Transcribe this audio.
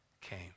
came